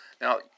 Now